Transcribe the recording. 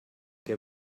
què